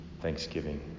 Thanksgiving